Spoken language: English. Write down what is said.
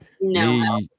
No